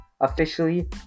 officially